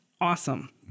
awesome